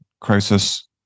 crisis